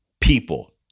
People